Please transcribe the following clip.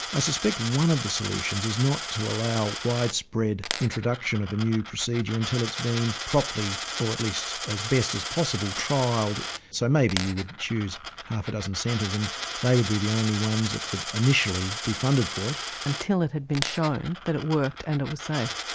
i suspect one of the solutions is not to allow widespread introduction of a new procedure until it's been properly, or at least as best as possible, trialled so maybe you would choose half a dozen centres and they would be the only ones that could initially be funded for it. until it had been shown that it worked and it was safe?